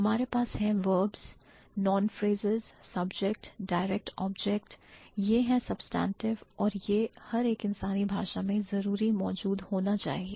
हमारे पास हैं verbs noun phrases subject direct object यह हैं substantive और यह हर एक इंसानी भाषा में जरूर मौजूद होना चाहिए